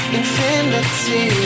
infinity